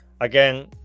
Again